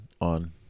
on